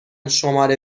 شماره